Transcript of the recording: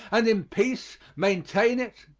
and in peace maintain it